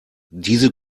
diese